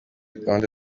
gahunda